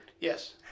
Yes